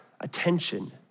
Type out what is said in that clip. attention